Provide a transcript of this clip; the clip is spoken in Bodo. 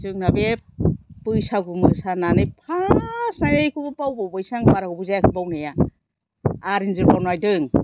जोंना बे बैसागु मोसानानै पास हाय बावबावबायसो आङो बारा गोबाव जायाखै आङो बावनाया आर एन दि आव नायदों